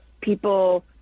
people